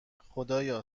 خدایا